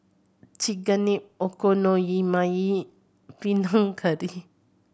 Chigenabe Okonomiyaki Panang Curry